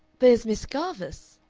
there's miss garvice.